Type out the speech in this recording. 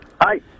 Hi